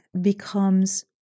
becomes